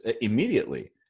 immediately